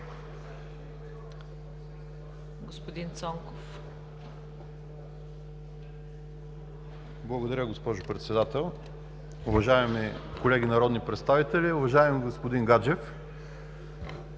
Благодаря Ви, госпожо Председател. Уважаеми колеги народни представители, уважаеми господин Гаджев!